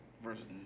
Versus